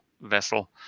vessel